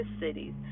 cities